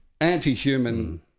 anti-human